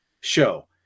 show